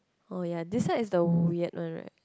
oh ya this side is the weird one right